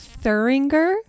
thuringer